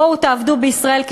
בואו תעבדו בישראל,